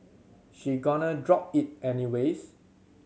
she gonna drop it anyways